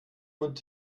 wird